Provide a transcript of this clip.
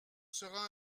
sera